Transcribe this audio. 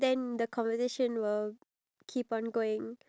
then I would consider that a very impressive thing